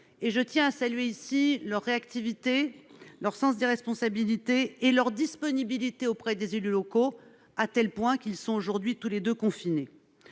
; je tiens à saluer leur réactivité, leur sens des responsabilités et leur disponibilité auprès des élus locaux- ils sont d'ailleurs tous les deux confinés